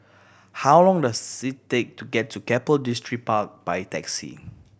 how long does it take to get to Keppel Distripark by taxi